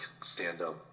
stand-up